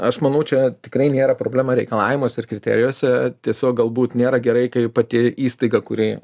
aš manau čia tikrai nėra problema reikalavimuose ir kriterijuose tiesiog galbūt nėra gerai kai pati įstaiga kuri